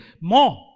more